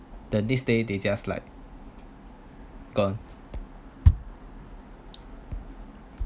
the next day they just like gone